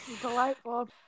Delightful